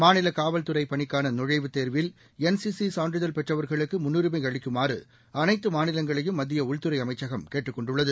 மாநில காவல்துறை பணிக்கான நுழைவுத் தேர்வில் என்சிசி சான்றிதழ் பெற்றவர்களுக்கு முன்னுரிமை அளிக்குமாறு அனைத்து மாநிலங்களையும் மத்திய உள்துறை அமைச்சகம் கேட்டுக் கொண்டுள்ளது